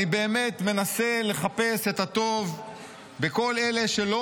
אני באמת מנסה לחפש את הטוב בכל אלה שלא